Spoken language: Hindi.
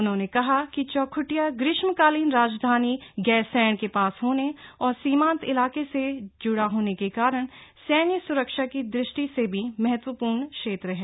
उन्होंने कहा कि चौख्टिया ग्रीष्मकालीन राजधानी गैरसैंण के पास होने और सीमान्त इलाके से जुड़ा होने के कारण सैन्य सुरक्षा की दृष्टि से भी महत्वपूर्ण क्षेत्र है